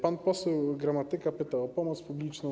Pan poseł Gramatyka pytał o pomoc publiczną.